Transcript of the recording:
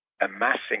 amassing